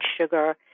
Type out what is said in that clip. sugar